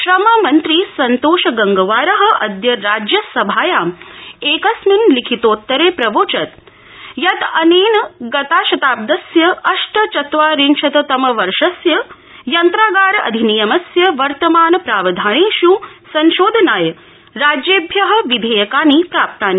श्रममंत्री संतोष गंगवार अदय राज्यसभायां एकस्मिन लिखितोत्तरे प्रावोचत् यत् अनेन गताशताब् स्य अष्टचत्वारिंशत तम वर्षस्य यन्त्रागाराधिनियमस्य वर्तमान प्रावधानेष् संशोधनाय राज्येभ्य विधेयकानि प्राप्तानि